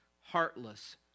heartless